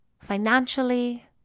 financially